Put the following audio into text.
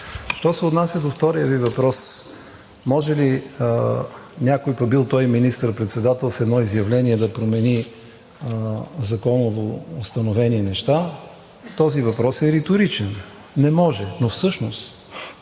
Що се отнася до втория Ви въпрос: може ли някой, пък бил той и министър-председател, с едно изявление да промени законово установени неща? Този въпрос е риторичен: не може! Но всъщност